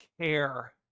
Care